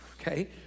Okay